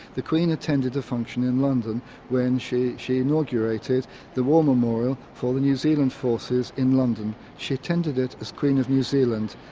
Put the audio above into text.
the queen attended a function in london when she she inaugurated the war memorial for the new zealand forces in london. she attended it as queen of new zealand.